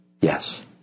Yes